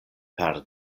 per